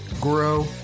grow